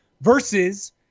versus